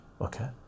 okay